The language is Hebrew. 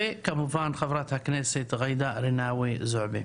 וחה"כ ג'ידא רינאווי זועבי.